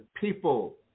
people